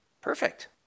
Perfect